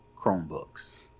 Chromebooks